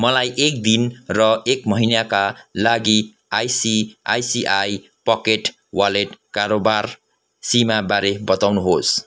मलाई एक दिन र एक महिनाका लागि आइसिआइसिआई पकेट वालेट कारोबार सीमा बारे बताउनुहोस्